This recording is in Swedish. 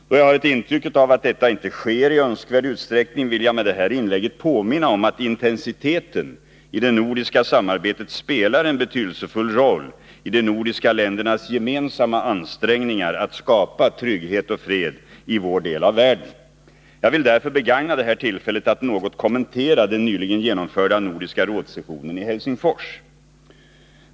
Då jag har ett intryck av att detta inte sker i önskvärd utsträckning, vill jag med det här inlägget påminna om att intensiteten i det nordiska samarbetet spelar en betydelsefull roll i de nordiska ländernas gemensamma ansträngningar att skapa trygghet och fred i vår del av världen. Jag vill därför begagna detta tillfälle till att något kommentera den nyligen genomförda Nordiska rådsessionen i Helsingfors.